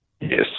Yes